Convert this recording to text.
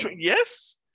Yes